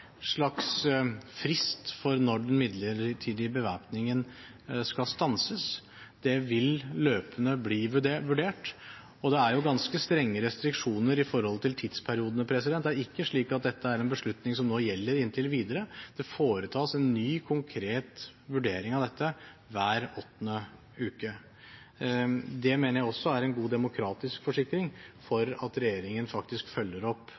slags frist for når den midlertidige bevæpningen skal stanses. Det vil løpende bli vurdert, og det er ganske strenge restriksjoner når det gjelder tidsperiode. Det er ikke slik at dette et er en beslutning som gjelder inntil videre. Det foretas en ny konkret vurdering av dette hver åttende uke. Det mener jeg også er en god demokratisk forsikring for at regjeringen faktisk følger opp